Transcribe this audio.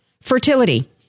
Fertility